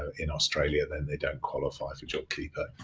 in australia then they don't qualify for jobkeeper.